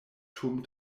dum